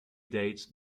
dates